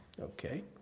Okay